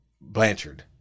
Blanchard